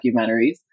documentaries